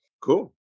Cool